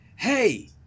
hey